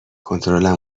کنترلم